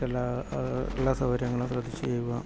ബാക്കിയുള്ള എല്ലാ സൗകര്യങ്ങളും ശ്രദ്ധിച്ചു ചെയ്യുക